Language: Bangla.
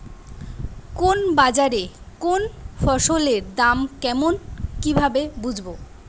কোন বাজারে কোন ফসলের দাম কেমন কি ভাবে বুঝব?